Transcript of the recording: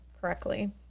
correctly